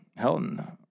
Helton